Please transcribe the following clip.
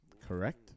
Correct